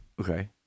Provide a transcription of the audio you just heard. Okay